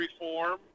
reform